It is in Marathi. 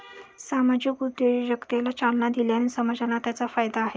सामाजिक उद्योजकतेला चालना दिल्याने समाजाला त्याचा फायदा आहे